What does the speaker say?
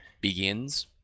begins